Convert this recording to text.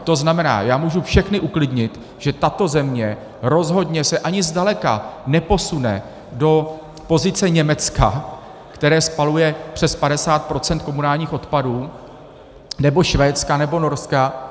To znamená, já můžu všechny uklidnit, že tato země rozhodně se ani zdaleka neposune do pozice Německa, které spaluje přes 50 % komunálních odpadů, nebo Švédska, nebo Norska.